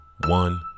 one